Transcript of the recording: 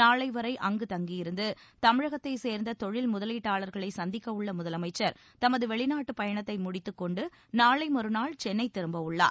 நாளைவரை அங்கு தங்கியிருந்து தமிழகத்தைச் சேர்ந்த தொழில் முதலீட்டாளர்களை சந்திக்க உள்ள முதலமைச்சர் தமது வெளிநாட்டுப் பயணத்தை முடித்துக் கொண்டு நாளை மறுநாள் சென்னை திரும்ப உள்ளார்